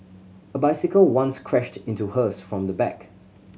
a bicycle once crashed into hers from the back